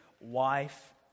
wife